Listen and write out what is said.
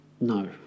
no